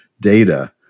data